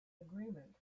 agreement